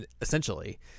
essentially